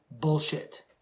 bullshit